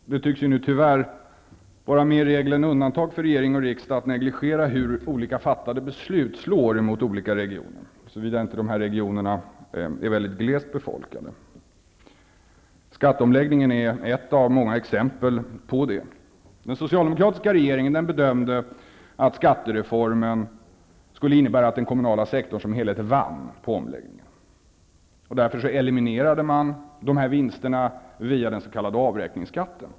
Tyvärr tycks det vara mer regel än undantag för regering och riksdag att negligera hur fattade beslut slår mot olika regioner, såvida inte regionerna ifråga är mycket glest befolkade. Skatteomläggningen är ett av många exempel på det. Den socialdemokratiska regeringen bedömde att skattereformen skulle innebära att den kommunala sektorn som helhet vann. Därför eliminerade man dessa vinster via den s.k. avräkningsskatten.